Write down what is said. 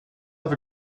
have